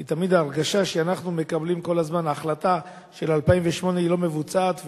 כי תמיד ההרגשה שאנחנו מקבלים כל הזמן שההחלטה של 2008 לא מבוצעת,